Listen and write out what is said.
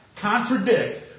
contradict